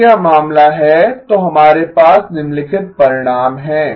यदि यह मामला है तो हमारे पास निम्नलिखित परिणाम हैं